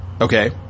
Okay